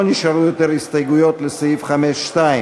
לא נשארו יותר הסתייגויות לסעיף 5(2),